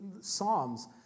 psalms